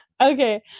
Okay